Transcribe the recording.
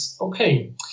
okay